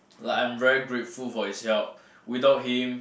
like I'm very grateful for his help without him